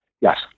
Yes